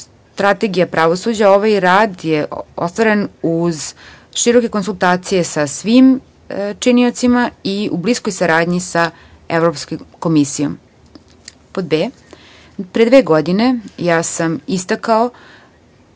strategija pravosuđa, ovaj rad je ostvaren uz široke konsultacije sa svim činiocima i u bliskoj saradnji sa evropskom komisijom. Pod b) - Pre dve godine sam istakao